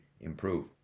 improve